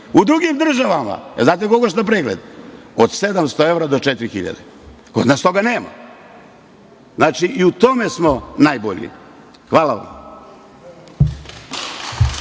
U drugim državama, jer znate koliko košta pregled? Od 700 evra do 4.000. Kod nas toga nema. Znači i u tome smo najbolji. Hvala vam.